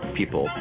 people